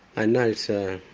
i know it's a